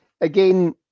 again